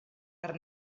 per